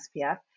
SPF